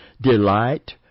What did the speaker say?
delight